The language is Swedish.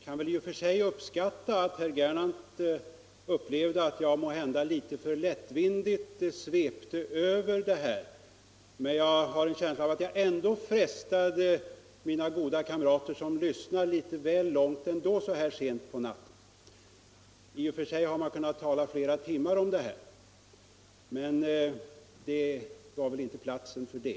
Herr talman! I och för sig kan jag förstå att herr Gernandt upplevde det så att jag måhända svepte över detta fält litet för lättvindigt. Men jag har en känsla av att jag ändå frestade mina kammarkamraters tålamod, när de fick lyssna på ett alltför långt anförande så här sent på natten. Jag hade annars kunnat tala flera timmar om dessa saker, men detta är inte rätta platsen för det.